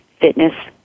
Fitness